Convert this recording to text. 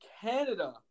Canada